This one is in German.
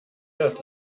das